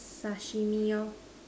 Sashimi lor